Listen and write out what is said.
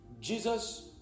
Jesus